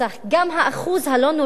גם האחוז הלא-נורמלי,